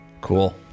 Cool